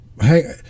Hey